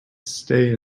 stay